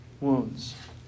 wounds